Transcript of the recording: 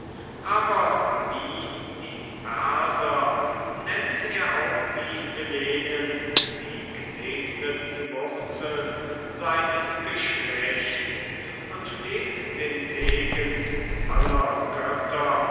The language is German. aber wie die perser nennt er auch die hellenen die gesegneten wurzeln seines geschlechts und fleht den segen aller götter